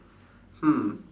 hmm